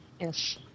Yes